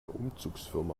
umzugsfirma